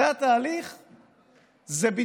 זה התהליך?